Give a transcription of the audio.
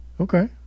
Okay